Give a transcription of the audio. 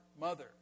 mother